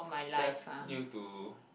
test you to